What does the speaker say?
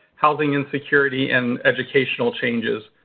housing insecurity, and educational changes.